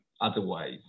otherwise